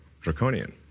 draconian